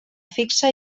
fixa